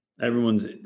Everyone's